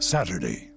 Saturday